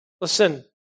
listen